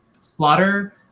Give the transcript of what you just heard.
Splatter